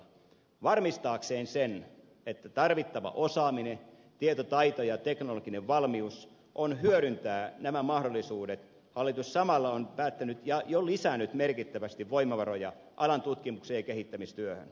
varmistaakseen sen että meillä on tarvittava osaaminen tietotaito ja teknologinen valmius hyödyntää nämä mahdollisuudet hallitus samalla on päättänyt ja jo lisännyt merkittävästi voimavaroja alan tutkimukseen ja kehittämistyöhön